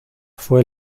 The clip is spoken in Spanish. fue